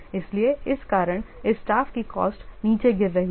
इसलिए इस कारण इस स्टाफ की कॉस्ट नीचे गिर रही है